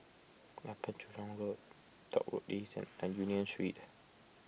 Upper Jurong Road Dock Road and Union Street